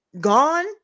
gone